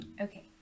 okay